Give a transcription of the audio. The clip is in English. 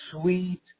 sweet